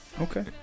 Okay